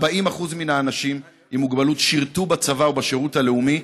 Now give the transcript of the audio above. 40% מן האנשים עם מוגבלות שירתו בצבא ובשירות הלאומי.